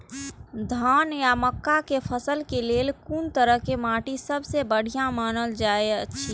धान आ मक्का के फसल के लेल कुन तरह के माटी सबसे बढ़िया मानल जाऐत अछि?